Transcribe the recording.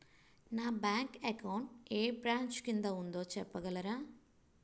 నా bank account ఏ branch కిందా ఉందో చెప్పగలరా?